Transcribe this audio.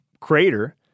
crater